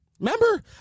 Remember